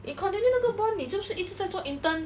你 continue 那个 bond 你就是一直在做 intern